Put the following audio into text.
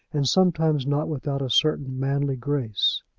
and sometimes not without a certain manly grace.